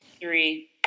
Three